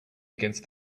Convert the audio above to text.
against